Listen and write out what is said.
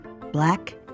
black